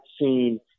seen